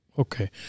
Okay